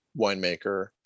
winemaker